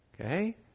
Okay